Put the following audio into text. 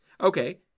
Okay